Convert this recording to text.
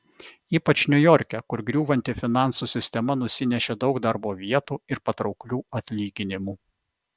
ypač niujorke kur griūvanti finansų sistema nusinešė daug darbo vietų ir patrauklių atlyginimų